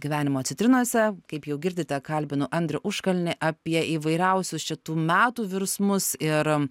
gyvenimo citrinose kaip jau girdite kalbinu andrių užkalnį apie įvairiausius šitų metų virsmus ir